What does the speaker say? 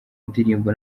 indirimbo